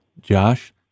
Josh